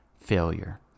failure